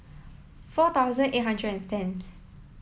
four thousand eight hundred tenth